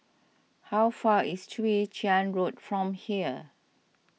how far is Chwee Chian Road from here